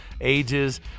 ages